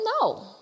No